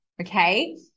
okay